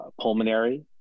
pulmonary